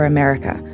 America